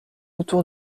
autour